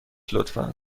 لطفا